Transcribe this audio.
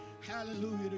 Hallelujah